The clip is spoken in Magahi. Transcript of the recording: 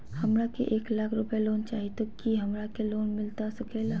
हमरा के एक लाख रुपए लोन चाही तो की हमरा के लोन मिलता सकेला?